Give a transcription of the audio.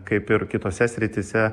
kaip ir kitose srityse